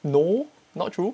no not true